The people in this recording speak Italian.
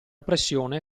pressione